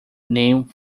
name